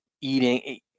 eating